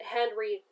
Henry